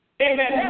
Amen